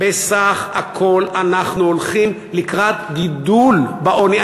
בסך הכול אנחנו הולכים לקראת גידול בעוני.